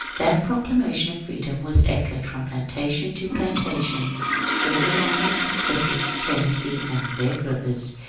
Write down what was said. that proclama tion of freedom was echoed from plantation to plantation all along the mississippi, tennessee, and bed rivers,